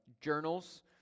journals